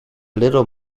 little